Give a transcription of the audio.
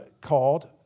called